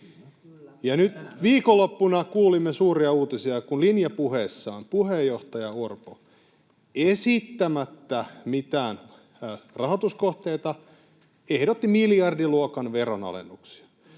nyt viikonloppuna kuulimme suuria uutisia, kun linjapuheessaan puheenjohtaja Orpo esittämättä mitään rahoituskohteita ehdotti miljardiluokan veronalennuksia.